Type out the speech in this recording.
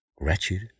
Wretched